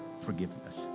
forgiveness